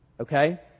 okay